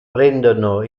prendono